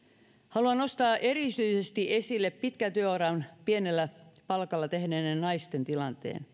haluan nostaa erityisesti esille pitkän työuran pienellä palkalla tehneiden naisten tilanteen